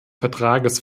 vertrages